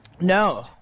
No